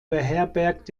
beherbergt